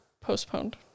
postponed